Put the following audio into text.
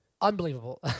unbelievable